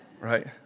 right